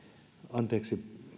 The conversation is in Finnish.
anteeksi